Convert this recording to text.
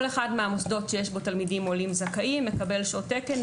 כל אחד מהמוסדות שיש בו תלמידים עולים זכאים מקבל שעות תקן,